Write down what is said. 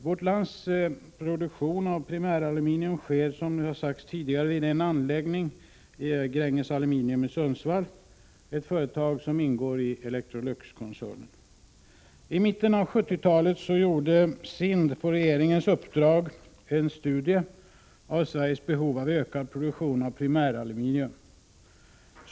Vårt lands produktion av primäraluminium sker, som nämnts tidigare, vid en anläggning i Sundsvall tillhörande AB Gränges Aluminium, ett företag som ingår i Electroluxkoncernen. I mitten av 1970-talet gjorde SIND på regeringens uppdrag en studie av Sveriges behov av ökad produktion av primäraluminium.